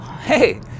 hey